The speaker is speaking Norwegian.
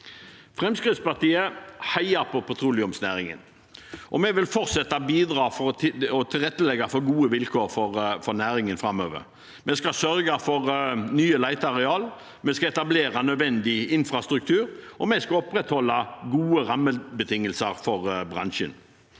Fremskrittspartiet heier på petroleumsnæringen, og vi vil fortsette å bidra til å tilrettelegge for gode vilkår for næringen framover. Vi skal sørge for nye leteareal, vi skal etablere nødvendig infrastruktur, og vi skal opprettholde gode rammebetingelser for bransjen.